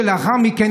לאחר מכן,